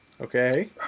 Okay